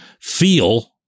feel